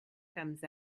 comes